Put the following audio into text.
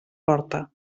porta